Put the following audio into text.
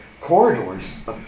corridors